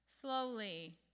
Slowly